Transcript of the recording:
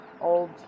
Old